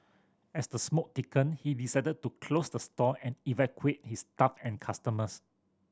as the smoke thickened he decided to close the store and evacuate his staff and customers